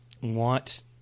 want